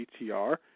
BTR